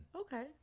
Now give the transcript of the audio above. okay